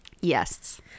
Yes